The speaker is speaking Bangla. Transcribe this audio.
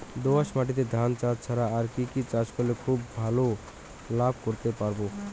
দোয়াস মাটিতে ধান ছাড়া আর কি চাষ করলে খুব ভাল লাভ করতে পারব?